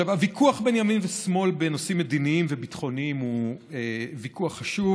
הוויכוח בין ימין ושמאל בנושאים מדיניים וביטחוניים הוא ויכוח חשוב,